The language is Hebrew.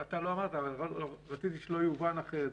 אתה לא אמרת, אבל רציתי שלא יובן אחרת.